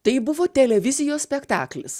tai buvo televizijos spektaklis